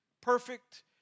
Perfect